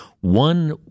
One